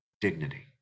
dignity